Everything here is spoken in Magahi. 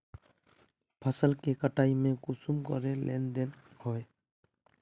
फसल के कटाई में कुंसम करे लेन देन होए?